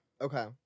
Okay